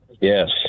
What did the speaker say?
Yes